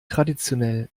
traditionell